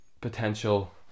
potential